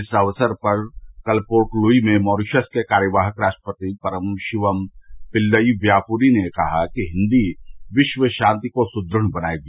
इस अक्सर पर कल पोर्ट लुई में मॉरीशस के कार्यवाहक राष्ट्रपति परमशिवम पिल्लई व्यापुरी ने कहा है कि हिन्दी विश्व शांति को सुद्द बनाएगी